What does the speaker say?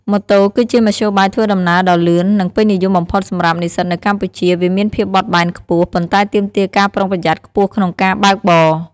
ម៉ូតូគឺជាមធ្យោបាយធ្វើដំណើរដ៏លឿន និងពេញនិយមបំផុតសម្រាប់និស្សិតនៅកម្ពុជា វាមានភាពបត់បែនខ្ពស់ ប៉ុន្តែទាមទារការប្រុងប្រយ័ត្នខ្ពស់ក្នុងការបើកបរ។